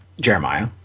Jeremiah